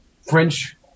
french